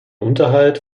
unterhalt